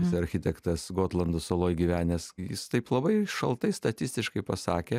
jis architektas gotlando saloj gyvenęs jis taip labai šaltai statistiškai pasakė